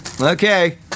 Okay